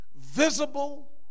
visible